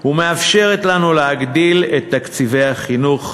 והיא שמאפשרת לנו להגדיל את תקציבי החינוך,